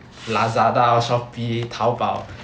lazada or shopee taobao